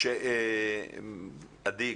עדי,